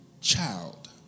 child